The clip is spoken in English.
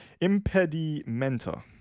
Impedimenta